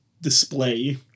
display